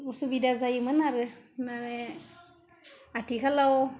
असुबिदा जायोमोन आरो माने आथिखालाव